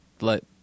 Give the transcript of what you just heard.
Let